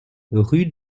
rue